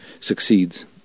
succeeds